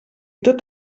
tot